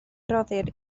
rhoddir